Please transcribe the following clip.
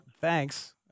thanks